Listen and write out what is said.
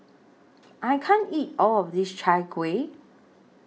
I can't eat All of This Chai Kuih